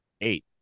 Eight